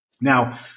Now